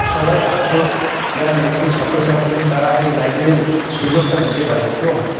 সবাই আসে যারা মেধাবী ছাত্রছাত্রী তারা ওই লাইব্রেরির সুযোগটা নিতে পারে এবং